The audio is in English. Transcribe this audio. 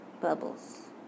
Bubbles